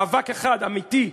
מאבק אחד אמיתי,